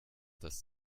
dass